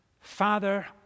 Father